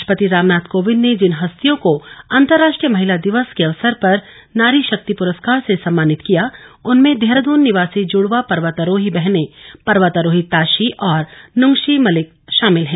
राश्ट्रपति रामनाथ कोविंद ने जिन हस्तियों को अंतर्राश्ट्रीय महिला दिवस के अवसर पर नारी भाक्ति पुरस्कार से सम्मानित किया उनमें देहरादून निवासी जूड़वा पर्वतारोही बहनें पर्वतारोही ताशी और नुग्शी मलिक भागिल हैं